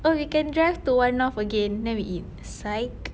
or we can drive to one north again then we eat inside